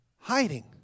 Hiding